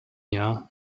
jahr